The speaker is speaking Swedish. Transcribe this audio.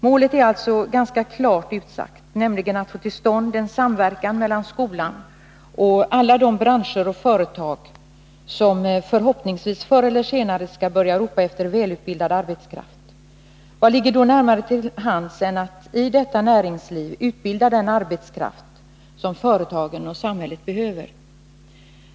Målet är alltså ganska klart utsagt, nämligen att få till stånd en samverkan mellan skolan och alla de branscher och företag som förhoppningsvis förr eller senare skall börja ropa efter välutbildad arbetskraft. Vad ligger då närmare till hands än att i detta näringsliv utbilda den arbetskraft som företagen och samhället behöver?